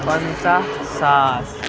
پنٛژاہ ساس